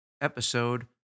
Episode